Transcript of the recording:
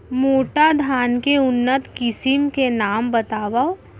मोटा धान के उन्नत किसिम के नाम बतावव?